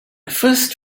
first